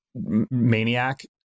Maniac